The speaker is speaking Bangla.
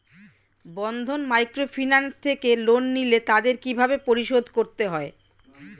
বন্ধন মাইক্রোফিন্যান্স থেকে লোন নিলে তাদের কিভাবে পরিশোধ করতে হয়?